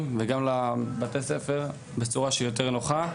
וגם לבתי הספר בצורה שהיא יותר נוחה,